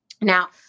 Now